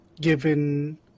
given